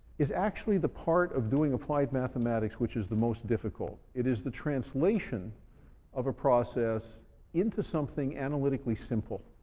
is actually the part of doing applied mathematics which is the most difficult. it is the translation of a process into something analytically simple,